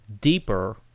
deeper